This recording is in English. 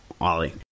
ollie